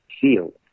field